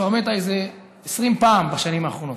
כבר מתה איזה 20 פעם בשנים האחרונות.